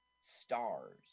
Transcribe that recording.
stars